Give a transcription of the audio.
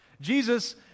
Jesus